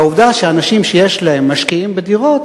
והעובדה שאנשים שיש להם משקיעים בדירות,